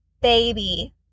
baby